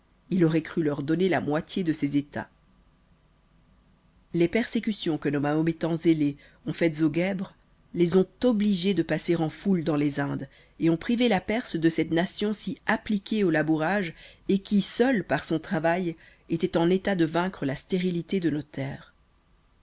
il auroit cru leur donner la moitié de ses états les persécutions que nos mahométans zélés ont faites aux guèbres les ont obligés de passer en foule dans les indes et ont privé la perse de cette nation si appliquée au labourage qui seule par son travail étoit en état de vaincre la stérilité de